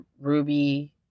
Ruby